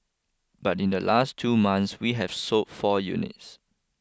but in the last two months we have sold four units